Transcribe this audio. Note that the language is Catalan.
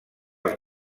els